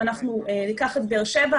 אם אנחנו ניקח את באר שבע,